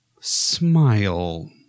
Smile